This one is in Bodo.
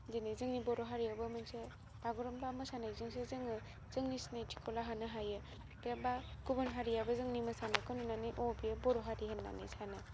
दिनै जोंनि बर' हारियावबो मोनसे बागुरुम्बा मोसानायजोंसो जोङो जोंनि सिनायथिखौ लाहोनो हायो बेबा गुबुन हारियाबो जोंनि मोसानायखौ नुनानै अ' बे बर' हारि होननानै सानो